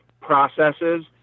processes